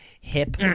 hip